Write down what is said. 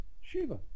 Shiva